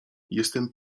jestem